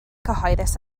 cyhoeddus